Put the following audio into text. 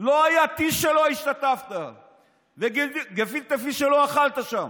לא היה טיש שלא השתתפת וגפילטע פיש שלא אכלת שם.